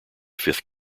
fifth